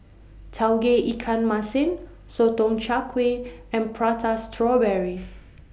Tauge Ikan Masin Sotong Char Kway and Prata Strawberry